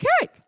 cake